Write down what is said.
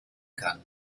kann